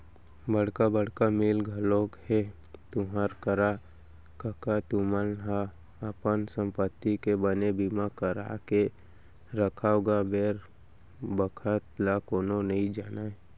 बड़का बड़का मील घलोक हे तुँहर करा कका तुमन ह अपन संपत्ति के बने बीमा करा के रखव गा बेर बखत ल कोनो नइ जानय